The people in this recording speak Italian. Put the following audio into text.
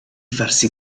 farsi